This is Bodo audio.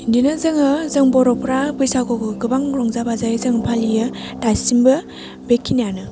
बिदिनो जोङो जों बर'फोरा बैसागुखौ गोबां रंजा बाजायै जों फालियो दासिमबो बेखिनियानो